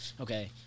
okay